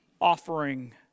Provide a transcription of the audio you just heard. offering